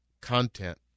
content